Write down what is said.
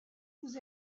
vous